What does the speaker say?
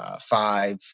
five